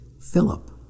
Philip